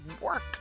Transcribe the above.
work